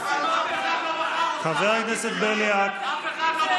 סימון דוידסון (יש עתיד): אף אחד לא בחר אותך.